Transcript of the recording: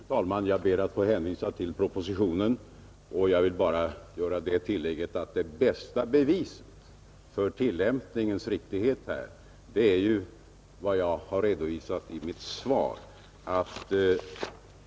Fru talman! Jag ber att få hänvisa till propositionen. Jag vill bara göra det tillägget att det bästa beviset för tillämpningens riktighet är vad jag har redovisat i mitt svar.